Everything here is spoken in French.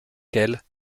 elle